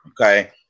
Okay